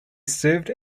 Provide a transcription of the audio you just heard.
served